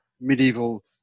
medieval